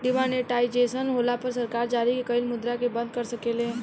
demonetisation होला पर सरकार जारी कइल मुद्रा के बंद कर सकेले